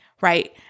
right